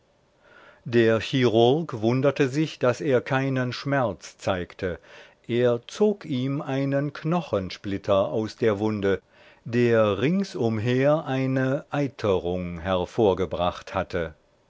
der chirurg wunderte sich daß er keinen schmerz zeigte er zog ihm einen knochensplitter aus der wunde der rings umher eine eiterung hervorgebracht hatte